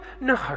No